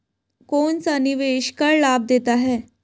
कौनसा निवेश कर लाभ देता है?